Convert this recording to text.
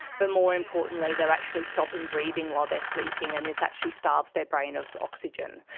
but more importantly they are actually stopping breathing while they are sleeping, and this actually starves their brain of oxygen,